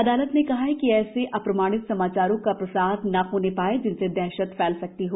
अदालत ने कहा हाकि ऐसे अप्रमाणित समाचारों का प्रसार न होने पाए जिनसे दहशत फाल सकती हो